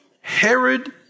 Herod